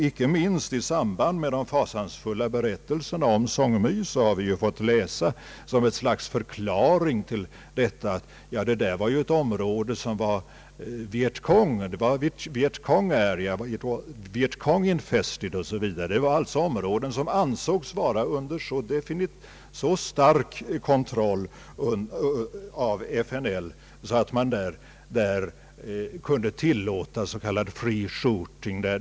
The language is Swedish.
Icke minst i samband med de fasansfulla berättelserna om Song My har vi fått läsa som ett slags förklaring att detta var »Vietcong area», » Vietcong infested», o. s. v. Det var alltså områden som ansågs vara under så stark kontroll av FNL, att man där kunde tillåta s.k. free shooting.